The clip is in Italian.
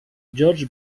george